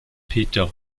peter